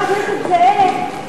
חבר הכנסת זאב,